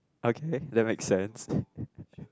okay that makes sense